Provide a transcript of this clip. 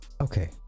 Okay